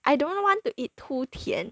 I don't want to eat too 甜